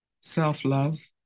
self-love